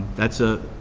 that's a